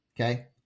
okay